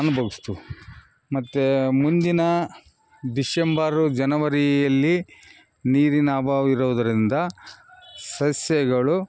ಅನುಭೋಗಿಸ್ತೀವ್ ಮತ್ತು ಮುಂದಿನ ದಿಶೆಂಬರು ಜನವರೀಯಲ್ಲಿ ನೀರಿನ ಅಭಾವ್ ಇರೋದರಿಂದ ಸಸ್ಯಗಳು